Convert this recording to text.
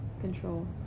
Control